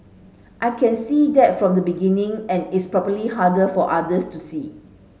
I can see that from the beginning and it's probably harder for others to see